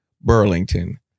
Burlington